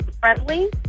friendly